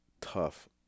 tough